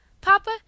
papa